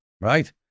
right